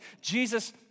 Jesus